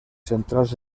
centrals